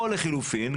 או לחלופין,